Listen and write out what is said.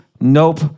Nope